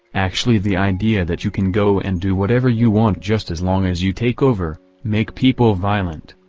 actually the idea that you can go and do whatever you want just as long as you take over, make people violent.